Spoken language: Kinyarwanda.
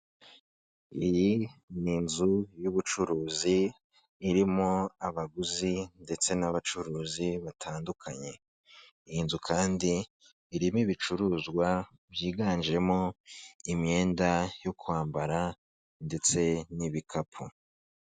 Iyi ni inzu y'ubucuruzi irimo abaguzi ndetse n'abacuruzi batandukanye. Iyi nzu kandi irimo ibicuruzwa byiganjemo imyenda yo kwambara ndetse n'ibikapu.